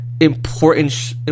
important